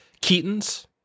Keaton's